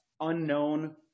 unknown